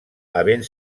havent